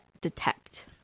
detect